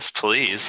please